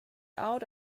out